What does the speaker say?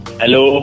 hello